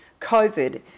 COVID